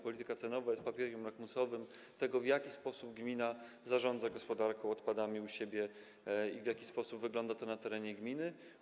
Polityka cenowa jest papierkiem lakmusowym, jeśli chodzi o to, w jaki sposób gmina zarządza gospodarką odpadami u siebie i w jaki sposób wygląda to na terenie gminy.